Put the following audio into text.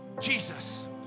Jesus